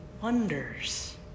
wonders